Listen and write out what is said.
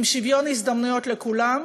עם שוויון הזדמנויות לכולם,